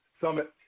summit